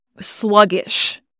sluggish